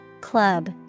club